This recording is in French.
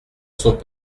sont